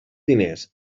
diners